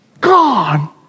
gone